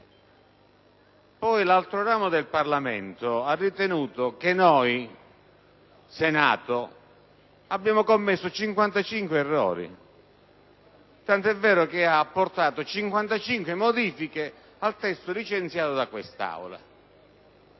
l'altro ramo del Parlamento ha ritenuto che il Senato avesse commesso 55 errori, tant'è vero che ha apportato 55 modifiche al testo licenziato da quest'Assemblea.